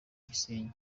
gisenyi